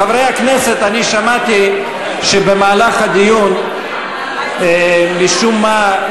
חברי הכנסת, אני שמעתי שבמהלך הדיון, משום מה,